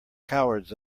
cowards